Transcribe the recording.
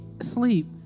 sleep